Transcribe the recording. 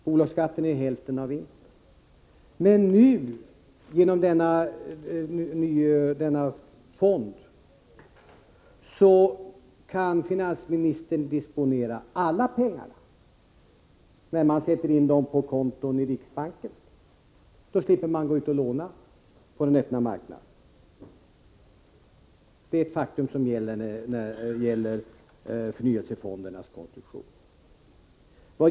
Bolagsskatten är hälften av vinsten. Men genom dessa fonder kan finansministern disponera alla pengarna när de sätts in på konton i riksbanken. Finansministern slipper gå ut och låna på öppna marknaden. Det är ett faktum som gäller förnyelsefonderna.